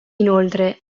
inoltre